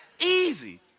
Easy